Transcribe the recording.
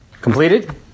Completed